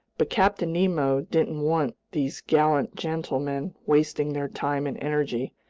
but captain nemo didn't want these gallant gentlemen wasting their time and energy,